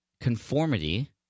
Conformity